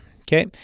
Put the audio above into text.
okay